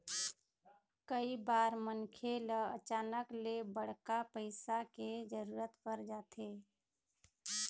कइ बार मनखे ल अचानक ले बड़का पइसा के जरूरत पर जाथे